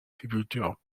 sépulture